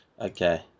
okay